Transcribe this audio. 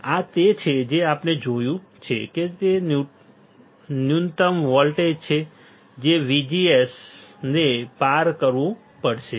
આ તે છે જે આપણે જોયું છે કે તે ન્યૂનતમ વોલ્ટેજ છે જે VGS ને પાર કરવું પડે છે